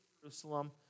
Jerusalem